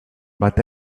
but